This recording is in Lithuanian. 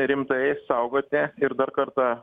rimtai saugoti ir dar kartą